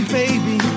baby